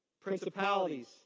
principalities